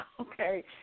okay